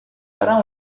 para